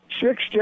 six